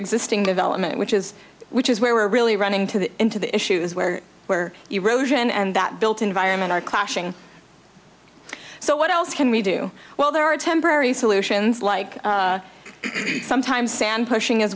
existing development which is which is where we're really running to the into the issues where where you roget and that built environment are clashing so what else can we do well there are temporary solutions like sometimes sand pushing